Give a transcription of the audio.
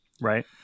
Right